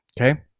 Okay